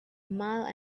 mile